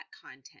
content